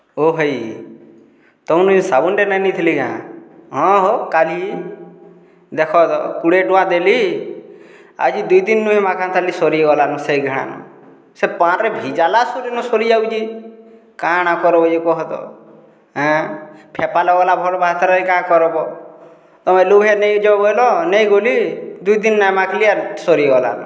ଓ ଭାଇ ତମର୍ନୁ ଇ ସାବୁନ୍ଟେ ନାଇଁ ନେଇଥିଲି କାଁ ହଁ ହୋ କାଲି ଦେଖତ କୁଡ଼େ ଟଙ୍କା ଦେଲି ଆଜି ଦୁଇ ଦିନ୍ ନୁହେଁ ମାଖେତାଲି ସରିଗଲାନ ସେଇଘାଏନ ସେ ପାଏନରେ ଭିଜାଲା ସୁରେନ ସରିଯାଉଛେ କାଣା କର୍ବ ଯେ କହତ ଏଁ ଫେପଲ୍ ଗଲା ଭଲ ବହର୍ତାଯେ କାଣା କର୍ବ ତ ତମେ ଲୁଭେ ନେଇଜ ବଏଲ ନେଇଗଲି ଦୁଇ ଦିନ୍ ନାଇଁ ମାଖ୍ଲି ଆର୍ ସରିଗଲାନ